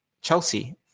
Chelsea